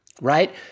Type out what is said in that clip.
right